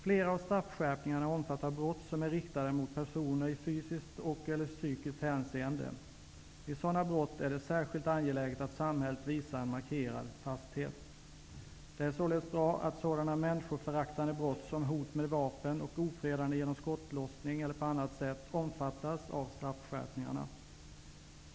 Flera av straffskärpningarna omfattar brott som är riktade mot personer i fysiskt och/eller psykiskt hänseende. Vid sådana brott är det särskilt angeläget att samhället visar en markerad fasthet. Det är således bra att sådana människoföraktande brott som ''hot med vapen'' och ''ofredande genom skottlossning eller på annat sätt'' omfattas av straffskärpningarna.